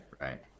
right